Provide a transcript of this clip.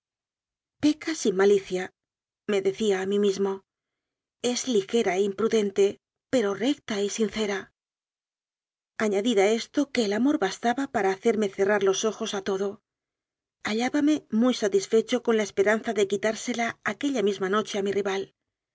peca sin maliciame decía a mí mismo es ligera e im prudente pero recta y sincera añadid a esto que el amor bastaba para hacerme cerrar los ojos a todo hallábame muy satisfecho con la esperanza de quitársela aquella misma noche a mi rival